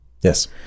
yes